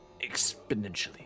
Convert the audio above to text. exponentially